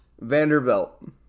Vanderbilt